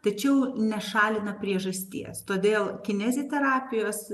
tačiau nešalina priežasties todėl kineziterapijos